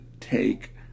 take